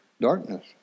darkness